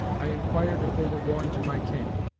i inquired if they were going to my camp,